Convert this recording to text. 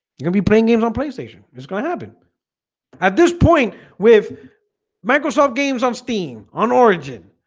you can be playing games on playstation. it's gonna happen at this point with microsoft games on steam on origin